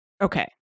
Okay